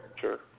Sure